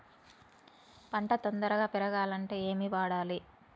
పంట తొందరగా పెరగాలంటే ఏమి వాడాలి?